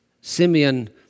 Simeon